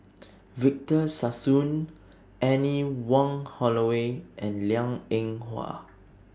Victor Sassoon Anne Wong Holloway and Liang Eng Hwa